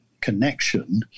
connection